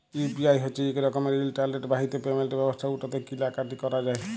UPI হছে ইক রকমের ইলটারলেট বাহিত পেমেল্ট ব্যবস্থা উটতে কিলা কাটি ক্যরা যায়